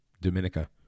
Dominica